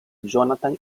jonathan